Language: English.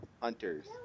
hunters